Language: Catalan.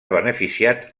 beneficiat